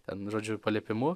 ten žodžiu paliepimu